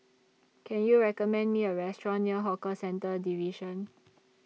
Can YOU recommend Me A Restaurant near Hawker Centres Division